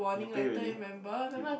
you pay already you